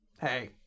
Hey